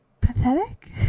pathetic